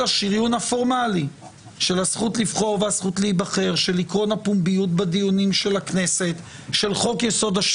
ברגעים של עימותים ואני ישבתי כאן בדיונים בהם יושב ראש הכנסת אמיר